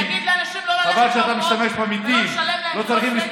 להגיד לאנשים לא ללכת לעבוד ולא לשלם להם זה לא סגר?